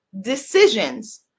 decisions